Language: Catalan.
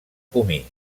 comí